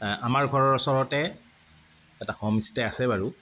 আমাৰ ঘৰৰ ওচৰতে এটা হ'ম ষ্টে আছে বাৰু